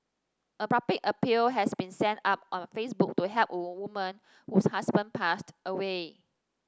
a public appeal has been set up on Facebook to help a woman whose husband passed away